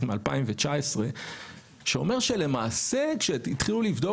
מ-2019 שאומר שלמעשה כשהתחילו לבדוק,